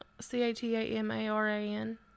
C-A-T-A-M-A-R-A-N